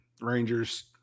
Rangers